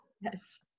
Yes